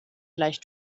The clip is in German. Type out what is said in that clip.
gleich